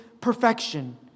perfection